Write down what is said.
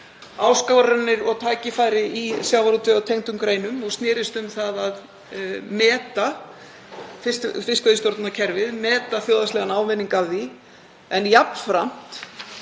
áskoranir og tækifæri í sjávarútvegi og tengdum greinum og snerist um að meta fiskveiðistjórnarkerfið, meta þjóðhagslegan ávinning af því, en jafnframt